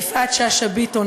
יפעת שאשא ביטון,